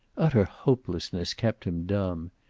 utter hopelessness kept him dumb.